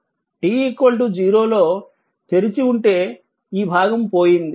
t 0 లో switch తెరిచి ఉంటే ఈ భాగం పోయింది